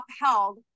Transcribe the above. upheld